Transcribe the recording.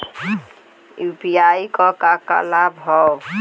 UPI क का का लाभ हव?